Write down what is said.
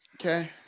Okay